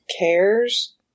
cares